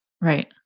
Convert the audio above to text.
Right